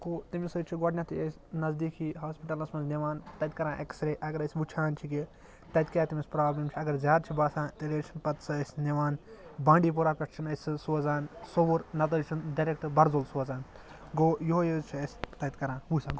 گوٚو تٔمِس حظ چھِ گۄڈنٮ۪تھٕے أسۍ نَزدیٖکھی ہاوسپِٹَلَس منٛز نِوان تَتہِ کَران ایٚکٕس رے اگر أسۍ وٕچھان چھِ کہِ تَتہِ کیاہ تٔمِس پرٛابلِم چھِ اگر زیادٕ چھِ باسان تیٚلہِ حظ چھِنہٕ پَتہٕ سُہ أسۍ نِوان بانڈی پورہ پٮ۪ٹھ چھِنہٕ أسۍ سُہ سوزان صوٚوُر نَتہٕ حظ چھِنہٕ ڈَریٚکٹ بَرزُل سوزان گوٚوُ یِہوٚے حظ چھُ اَسہِ تَتہِ کَران وٕ